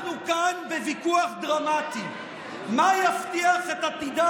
אנחנו כאן בוויכוח דרמטי על מה יבטיח את עתידה